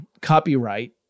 copyright